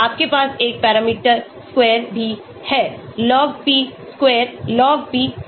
आपके पास एक पैरामीटर square भी है Log P square Log P cube